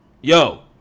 Yo